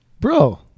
bro